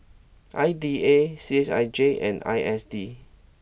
I D A C H I J and I S D